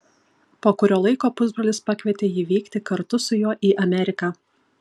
po kurio laiko pusbrolis pakvietė jį vykti kartu su juo į ameriką